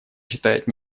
считает